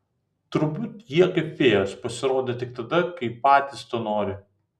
turbūt jie kaip fėjos pasirodo tik tada kai patys to nori